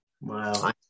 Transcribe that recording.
Wow